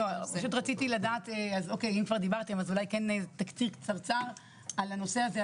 אם כבר דיברתם אז אולי כן תקציר קצרצר על הנושא הזה,